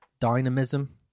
dynamism